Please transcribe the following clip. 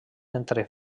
entre